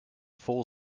full